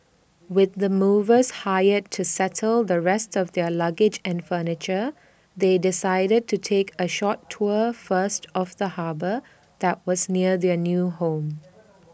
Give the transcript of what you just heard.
with the movers hired to settle the rest of their luggage and furniture they decided to take A short tour first of the harbour that was near their new home